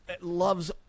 loves